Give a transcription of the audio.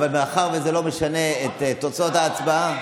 אבל מאחר וזה לא משנה את תוצאות ההצבעה,